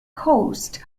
cost